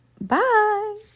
Bye